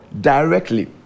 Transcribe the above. directly